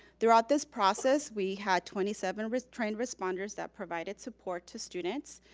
throughout this process, we had twenty seven restrained responders that provided support to students.